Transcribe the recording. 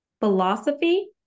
philosophy